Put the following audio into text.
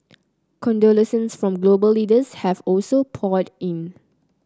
condolences from global leaders have also poured in